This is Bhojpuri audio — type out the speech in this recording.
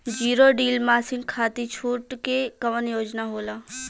जीरो डील मासिन खाती छूट के कवन योजना होला?